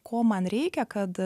ko man reikia kad